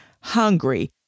hungry